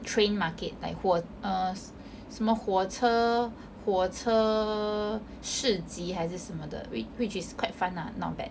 train market like 火 err 什么火车火车市集还是什么的 which which is quite fun lah not bad